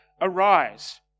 Arise